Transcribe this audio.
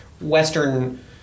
Western